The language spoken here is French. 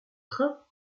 train